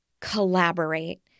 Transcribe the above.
collaborate